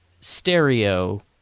stereo